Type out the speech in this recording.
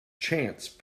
chance